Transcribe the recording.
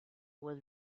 was